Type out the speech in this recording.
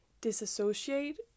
disassociate